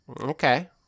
okay